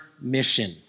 mission